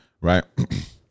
Right